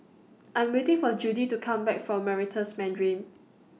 I'm waiting For Judie to Come Back from Meritus Mandarin